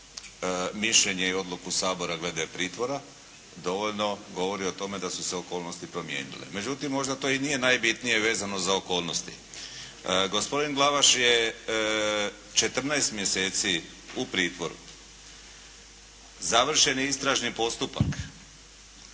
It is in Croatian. mišljenje i odluku Sabora glede pritvora dovoljno govori o tome da su se okolnosti promijenile. Međutim, možda to i nije najbitnije vezano za okolnosti. Gospodin Glavaš je 14 mjeseci u pritvoru. Završen je istražni postupak.